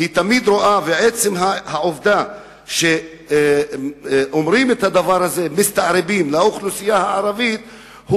עצם העובדה שאומרים את הדבר הזה לאוכלוסייה הערבית,